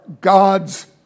God's